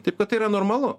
taip kad tai yra normalu